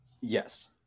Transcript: Yes